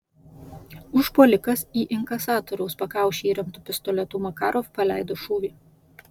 užpuolikas į inkasatoriaus pakaušį įremtu pistoletu makarov paleido šūvį